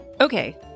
Okay